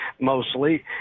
mostly